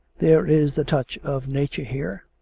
there is the touch of nature here,